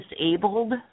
disabled